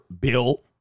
Bill